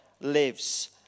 lives